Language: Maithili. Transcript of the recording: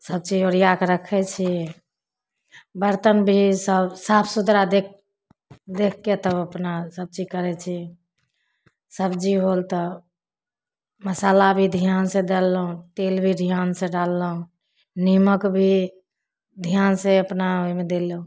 सबचीज ओरिआकऽ रखै छी बरतन भी सब साफ सुथरा देखि देखिके तऽ अपना सबचीज करै छी सब्जी होल तऽ मसल्ला भी धिआनसँ देलहुँ तेल भी धिआनसँ डाललहुँ निमक भी धिआनसँ अपना ओहिमे देलहुँ